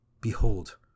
Behold